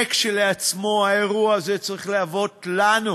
זה כשלעצמו, האירוע, צריך להוות לנו,